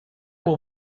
will